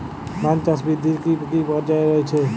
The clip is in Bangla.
ধান চাষ বৃদ্ধির কী কী পর্যায় রয়েছে?